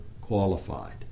qualified